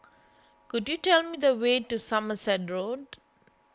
could you tell me the way to Somerset Road